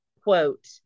quote